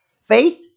Faith